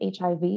HIV